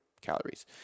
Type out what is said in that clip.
calories